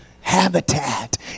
Habitat